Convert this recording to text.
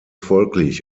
folglich